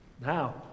now